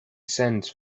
sends